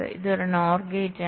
ഇതൊരു NOR ഗേറ്റാണ്